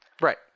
Right